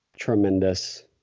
tremendous